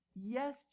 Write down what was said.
Yes